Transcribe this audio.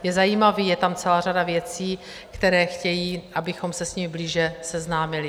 Je zajímavý, je tam celá řada věcí, které chtějí, abychom se s nimi blíže seznámili.